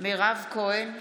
מירב כהן,